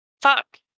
fuck